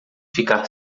ficar